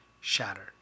shattered